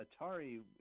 Atari